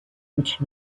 which